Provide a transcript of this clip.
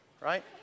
right